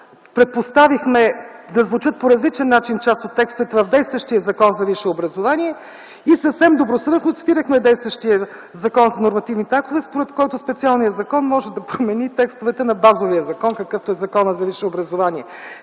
предпоставихме да звучат по различен начин част от текстовете в действащия Закон за висшето образование и съвсем добросъвестно цитирахме действащия закон с нормативните актове, според който специалният закон може да промени и текстовете на базовия закон, какъвто е Законът за висшето образование.